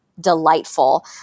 delightful